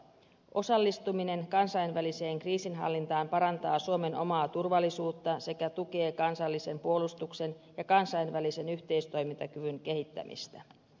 osallistuminen kansainväliseen kriisinhallintaan parantaa suomen omaa turvallisuutta sekä tukee kansallisen puolustuksen ja kansainvälisen yhteistoimintakyvyn kehittämistä